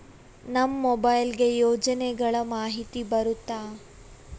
ನಮ್ ಮೊಬೈಲ್ ಗೆ ಯೋಜನೆ ಗಳಮಾಹಿತಿ ಬರುತ್ತ?